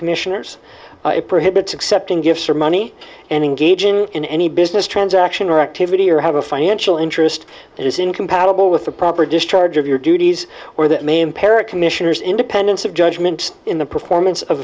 commissioners it prohibits accepting gifts or money and engaging in any business transaction or activity or have a financial interest that is incompatible with the proper discharge of your duties or that may impair a commissioner's independence of judgment in the performance of